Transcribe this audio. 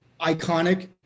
iconic